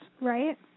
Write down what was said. Right